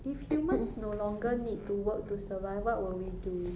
if humans no longer need to work to survive what will we do